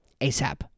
ASAP